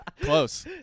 Close